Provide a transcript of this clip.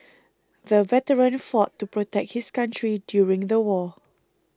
the veteran fought to protect his country during the war